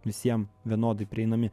visiem vienodai prieinami